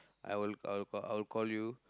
I will I will I will call you